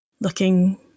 looking